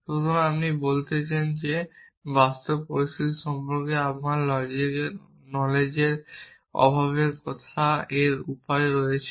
তাহলে আপনি বলছেন যে বাস্তব পরিস্থিতি সম্পর্কে আমার নলেজএর অভাবের কথা বলার এই উপায় আছে